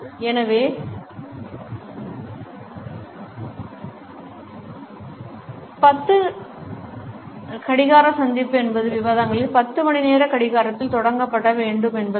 எனவே 10 ஓ கடிகார சந்திப்பு என்பது விவாதங்கள் 10 மணிநேர கடிகாரத்தில் தொடங்கப்பட வேண்டும் என்பதாகும்